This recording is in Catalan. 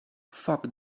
foc